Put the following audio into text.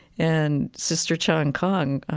and sister chan khong,